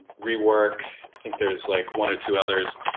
rework, i think there is like one or two others.